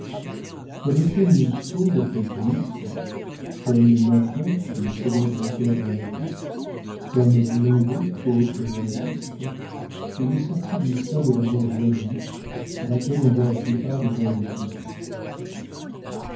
comme étienne lousteau le feuilletoniste comme nathan le célèbre auteur dramatique comme blondet autre journaliste il est sorti du sein de la bourgeoisie à laquelle on doit la plupart des grands écrivains